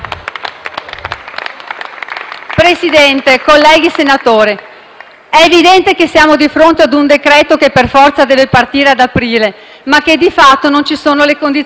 Presidente, colleghi senatori, è evidente che siamo di fronte ad un decreto-legge che per forza deve partire ad aprile, ma di fatto non ci sono le condizioni per farlo,